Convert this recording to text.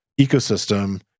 ecosystem